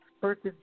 versus